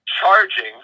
charging